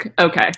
Okay